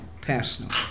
personal